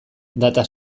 data